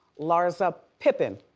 larsa pippin,